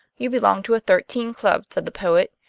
you belong to a thirteen club, said the poet.